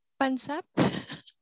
Pansat